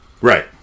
Right